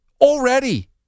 already